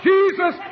Jesus